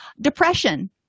Depression